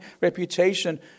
reputation